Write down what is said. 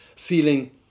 ...feeling